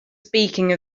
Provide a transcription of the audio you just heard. speaking